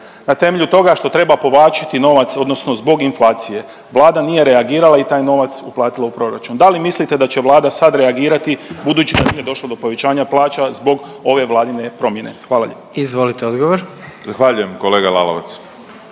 na temelju toga što treba povlačiti novac odnosno zbog inflacije. Vlada nije reagirala i taj novac uplatila u proračun. Da li mislite da će Vlada sad reagirati budući da nije došlo do povećanja plaća zbog ove vladine promjene. Hvala lijepo. **Jandroković, Gordan